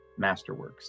Masterworks